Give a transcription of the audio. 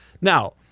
Now